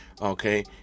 okay